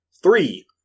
Three